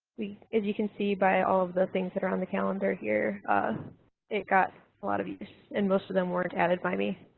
as you can see by all the things that are on the calendar here it got a lot of use and most of them weren't added by me.